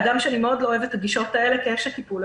הגם שאני לא מאוד לא אוהבת את הגישות האלה כאשת טיפול,